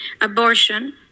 abortion